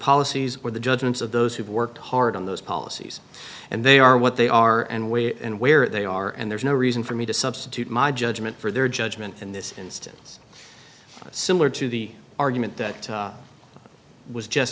policies or the judgments of those who've worked hard on those policies and they are what they are and weigh and where they are and there's no reason for me to substitute my judgment for their judgment in this instance similar to the argument that was just